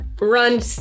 run